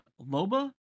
Loba